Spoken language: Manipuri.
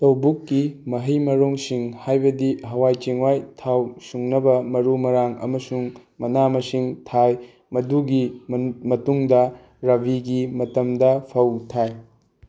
ꯂꯧꯕꯨꯛꯀꯤ ꯃꯍꯩ ꯃꯔꯣꯡꯁꯤꯡ ꯍꯥꯏꯕꯗꯤ ꯍꯋꯥꯏ ꯆꯦꯡꯋꯥꯏ ꯊꯥꯎ ꯁꯨꯡꯅꯕ ꯃꯔꯨ ꯃꯔꯥꯡ ꯑꯃꯁꯨꯡ ꯃꯅꯥ ꯃꯁꯤꯡ ꯊꯥꯏ ꯃꯗꯨꯒꯤ ꯃꯇꯨꯡꯗ ꯔꯕꯤꯒꯤ ꯃꯇꯝꯗ ꯐꯧ ꯊꯥꯏ